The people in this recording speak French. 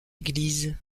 église